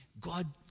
God